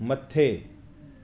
मथे